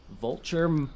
Vulture